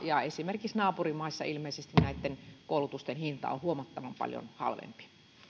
esimerkiksi naapurimaissa ilmeisesti näitten koulutusten hinta on huomattavan paljon halvempi